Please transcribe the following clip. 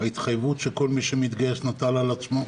ההתחייבות שכל מי שמתגייס נטל על עצמו.